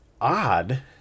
odd